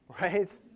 right